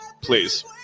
please